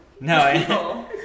No